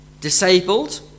disabled